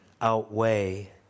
outweigh